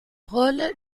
rôle